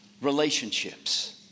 relationships